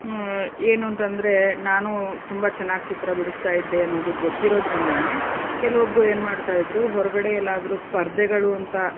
ಏನು ಅಂತಂದರೆ ನಾನು ತುಂಬ ಚೆನ್ನಾಗಿ ಚಿತ್ರ ಬಿಡಿಸ್ತಾ ಇದ್ದೆ ಅನ್ನೋದು ಗೊತ್ತಿರೋದ್ರಿಂದಾನೆ ಕೆಲವೊಬ್ಬರು ಏನು ಮಾಡ್ತಾ ಇದ್ದರು ಹೊರಗಡೆ ಎಲ್ಲಾದರೂ ಸ್ಪರ್ಧೆಗಳು ಅಂತ